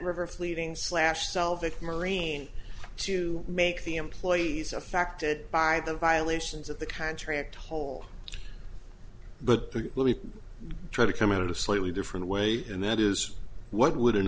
river fleeting slash selvig marine to make the employees affected by the violations of the contract hole but the police try to come at a slightly different way and that is what would